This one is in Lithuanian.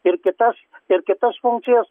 ir kitas ir kitas funkcijas